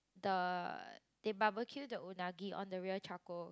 the they barbeque the unagi on the real charcoal